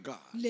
God